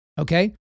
Okay